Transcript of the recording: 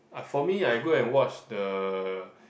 uh for me I go and watch the